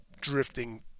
drifting